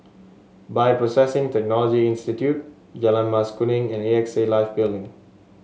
Bioprocessing Technology Institute Jalan Mas Kuning and A X A Life Building